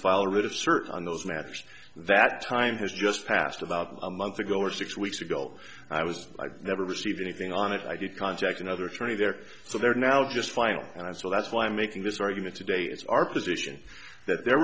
file a writ of certain those matched that time has just passed about a month ago or six weeks ago i was never received anything on it i did contact another attorney there so they're now just final and so that's why i'm making this argument today it's our position that the